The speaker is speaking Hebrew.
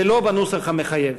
ולא בנוסח המחייב.